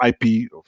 IP